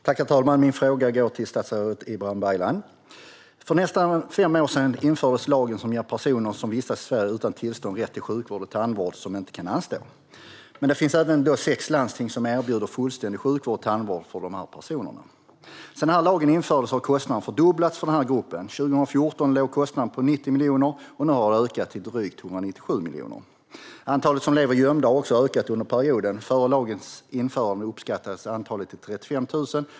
Herr talman! Min fråga går till statsrådet Ibrahim Baylan. För nästan fem år sedan infördes den lag som ger personer som vistas i Sverige utan tillstånd rätt till sjukvård och tandvård som inte kan anstå. Men det finns även sex landsting som erbjuder fullständig sjukvård och tandvård för de här personerna. Sedan lagen infördes har kostnaderna fördubblats för den här gruppen. År 2014 låg kostnaden på 90 miljoner. Nu har den ökat till drygt 197 miljoner. Antalet som lever gömda har också ökat under perioden. Före lagens införande uppskattades antalet till 35 000.